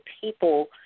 people